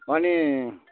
अनि